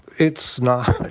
it's not